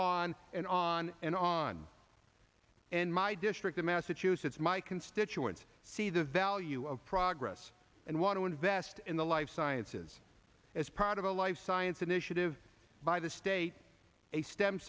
on and on and on and my district in massachusetts my constituents see the value of progress and want to invest in the life sciences as part of a life science initiative by the state a stem